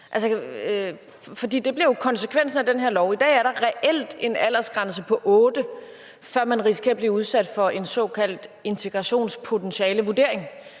For det bliver jo konsekvensen af den her lov. I dag er der reelt en aldersgrænse på 8 år, før man risikerer at blive udsat for en såkaldt integrationspotentialevurdering.